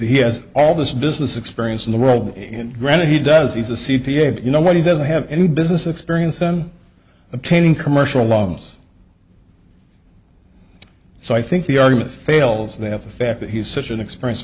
he has all this business experience in the world in granite he does he's a c p a but you know what he doesn't have any business experience then attaining commercial loans so i think the argument fails they have the fact that he's such an experience